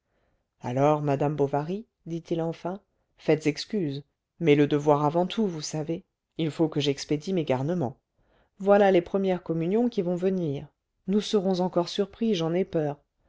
alors madame bovary dit-il enfin faites excuse mais le devoir avant tout vous savez il faut que j'expédie mes garnements voilà les premières communions qui vont venir nous serons encore surpris j'en ai peur